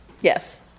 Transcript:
Yes